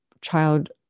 child